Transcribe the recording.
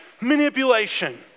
manipulation